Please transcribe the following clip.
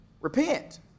repent